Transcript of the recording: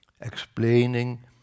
explaining